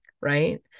right